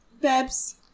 Babs